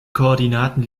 koordinaten